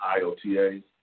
IOTA